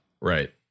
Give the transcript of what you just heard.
right